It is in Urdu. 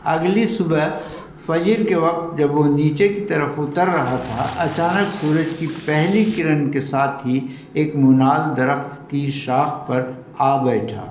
اگلی صبح فجر کے وقت جب وہ نیچے کی طرف اتر رہا تھا اچانک سورج کی پہلی کرن کے ساتھ ہی ایک منال درخت کی شاخ پر آ بیٹھا